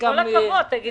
אוסיף